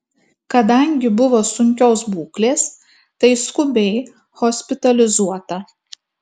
kadangi buvo sunkios būklės tai skubiai hospitalizuota